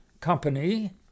company